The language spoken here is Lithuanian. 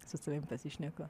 su savim pasišneku